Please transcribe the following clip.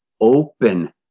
open